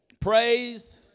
Praise